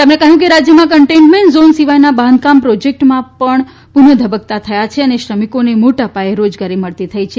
તેમણે કહ્યું કે રાજ્યભરમાં કન્ટેઇનમેન્ટ ઝોન સિવાય બાંધકામ પ્રોજેકટસ પણ પૂનઃ ધબકતા થયા છે અને શ્રમિકોને મોટાપાયે રોજગારી મળતી થઇ છે